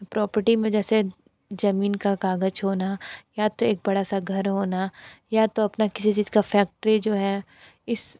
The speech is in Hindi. प्रॉपर्टी में जैसे ज़मीन का कागज़ होना या तो एक बड़ा सा घर होना या तो अपना किसी चीज़ का फैक्ट्री जो है इस